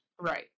Right